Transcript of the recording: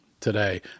today